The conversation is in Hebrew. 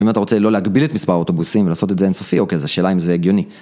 אם אתה רוצה לא להגביל את מספר האוטובוסים ולעשות את זה אינסופי, אוקיי, אז השאלה היא אם זה הגיוני.